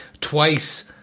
twice